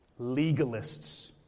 Legalists